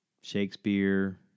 Shakespeare